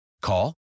Call